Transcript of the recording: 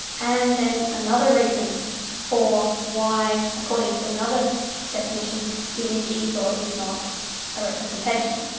and then another reason for why according to another definition the image is or is not a representation.